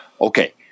okay